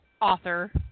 Author